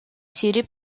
сирии